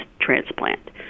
transplant